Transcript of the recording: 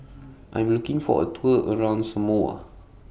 I Am looking For A Tour around Samoa